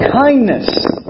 Kindness